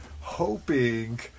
hoping